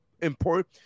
important